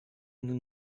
nous